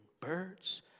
Birds